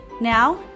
Now